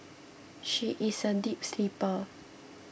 she is a deep sleeper